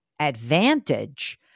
advantage